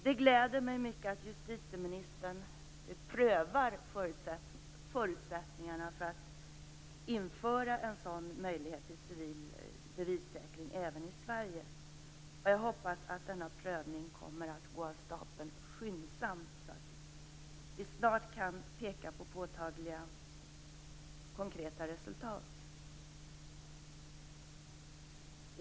Det gläder mig mycket att justitieministern prövar förutsättningarna för att en sådan civil bevissäkring införs även i Sverige. Jag hoppas att denna prövning kommer att gå av stapeln skyndsamt, så att vi snart kan peka på påtagliga konkreta resultat.